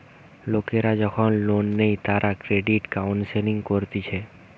লোকরা যখন লোন নেই তারা ক্রেডিট কাউন্সেলিং করতিছে